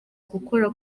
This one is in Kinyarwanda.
gukora